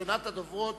ראשונת הדוברים,